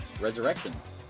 Resurrections